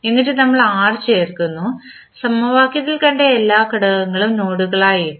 എന്നിട്ട് നമ്മൾ R ചേർക്കുന്നു സമവാക്യത്തിൽ കണ്ട എല്ലാ ഘടകങ്ങളും നോഡുകളായി ഇട്ടു